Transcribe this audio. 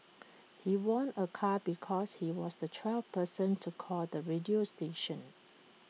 he won A car because he was the twelfth person to call the radio station